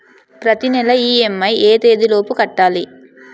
ప్రతినెల ఇ.ఎం.ఐ ఎ తేదీ లోపు కట్టాలి?